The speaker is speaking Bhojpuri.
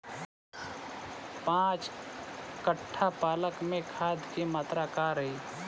पाँच कट्ठा पालक में खाद के मात्रा का रही?